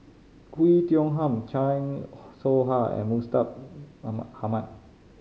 Oei Tiong Ham Chan Soh Ha and Mustaq Ahmad